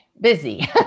busy